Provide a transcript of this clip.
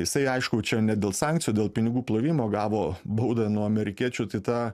jisai aišku čia ne dėl sankcijų dėl pinigų plovimo gavo baudą nuo amerikiečių tai ta